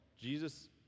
Jesus